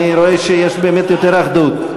אני רואה שיש באמת יותר אחדות.